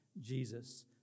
Jesus